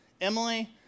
Emily